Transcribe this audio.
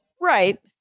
right